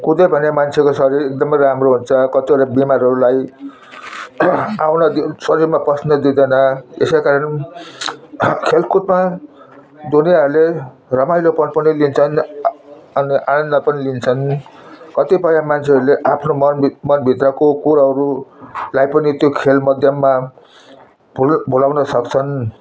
कुद्यो भने मान्छेको शरीर एकदमै राम्रो हुन्छ कतिवटा बिमारहरूलाई आउन शरीरमा पस्न दिँदैन त्यसै कारण खेलकुदमा दुनियाहरूले रमाइलो पल पनि दिन्छन् अनि आनन्द पनि लिन्छन् कतिपय मान्छेहरूले आफ्नो मन भित्रको कुरोहरूलाई पनि त्यो खेल माध्यममा भुल भुलाउन सक्छन्